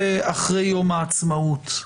זה אחרי יום העצמאות.